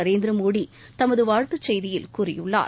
நரேந்திர மோடி தமது வாழ்த்துச் செய்தியில் கூறியுள்ளார்